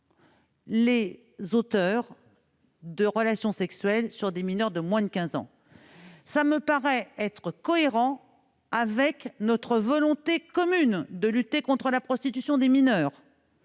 les auteurs de relations sexuelles sur des mineurs de 15 ans. Cela me paraît cohérent avec notre volonté commune de lutter contre la prostitution des mineurs.